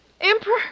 Emperor